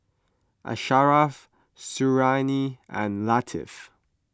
Asharaff Suriani and Latif